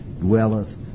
dwelleth